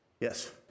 Yes